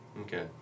Okay